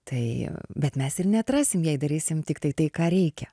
tai bet mes ir neatrasim jei darysim tiktai tai ką reikia